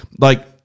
Like-